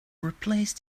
replace